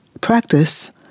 practice